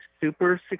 super